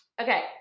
Okay